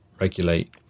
regulate